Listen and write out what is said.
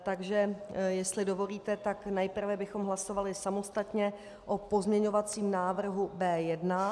Takže jestli dovolíte, nejprve bychom hlasovali samostatně o pozměňovacím návrhu B1.